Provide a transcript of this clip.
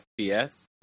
FPS